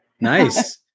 Nice